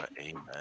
Amen